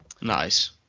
Nice